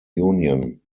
union